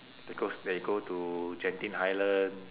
they go s~ they go to genting highland